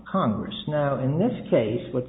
congress now in this case what